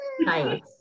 Nice